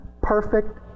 perfect